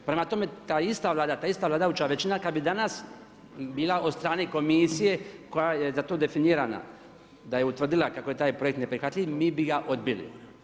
Prema tome ta ista Vlada, ta ista vladajuća većina kad bi danas bila od strane komisije koja je za to definirana, da je utvrdila kako je taj projekt neprihvatljiv mi bi ga odbili.